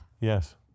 Yes